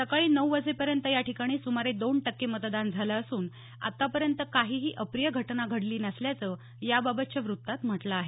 सकाळी नऊ वाजेपर्यंत या ठिकाणी सुमारे दोन टक्के मतदान झालं असून आतापर्यंत काहीही अप्रिय घटना घडली नसल्याचं या बाबतच्या वृत्तात म्हटलं आहे